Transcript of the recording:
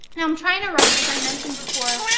now, i'm trying to write, as i mentioned before,